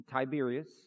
Tiberius